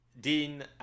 Dean